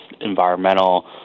environmental